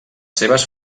seves